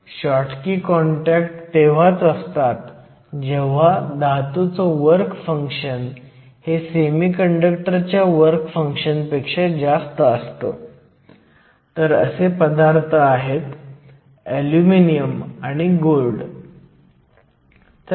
तर मी energy band आकृती काढतो जेव्हा जंक्शन तयार केले जाते तेव्हा आपल्याला माहित असते की फर्मी लेव्हल्स मूलत इक्विलिब्रियमवर रेषेत असणे आवश्यक आहे